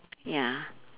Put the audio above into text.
ya